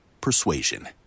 persuasion